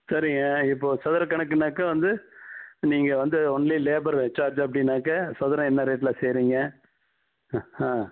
சரிங்க இப்போது சதுர கணக்குனாக்கா வந்து நீங்கள் வந்து ஒன்லி லேபர் சார்ஜ் அப்படின்னாக்கா சதுரம் என்ன ரேட்டில் செய்கிறிங்க ஆ ஆ